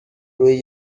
روی